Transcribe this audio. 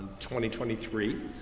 2023